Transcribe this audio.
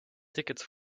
tickets